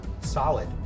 solid